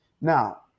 Now